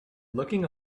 looking